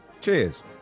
Cheers